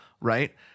right